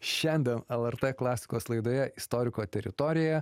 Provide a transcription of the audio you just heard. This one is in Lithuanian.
šiandien lrt klasikos laidoje istoriko teritorija